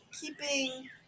keeping